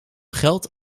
geld